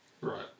Right